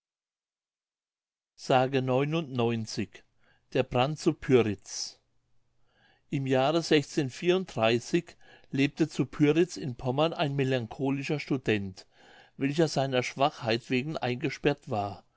s der brand zu pyritz im jahre lebte zu pyritz in pommern ein melancholischer student welcher seiner schwachheit wegen eingesperrt war